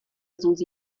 susi